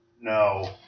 No